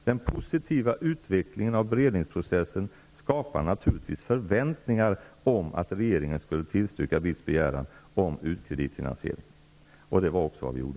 Den positiva utvecklingen av beredningsprocessen skapade naturligtvis förväntningar om att regeringen skulle tillstyrka BITS begäran om ukreditfinansiering. Det var också vad vi gjorde.